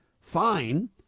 Fine